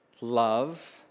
Love